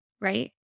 right